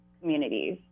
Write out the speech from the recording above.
communities